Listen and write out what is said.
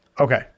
Okay